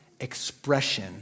expression